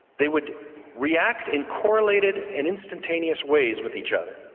they would react in correlated and instantaneous ways with each other.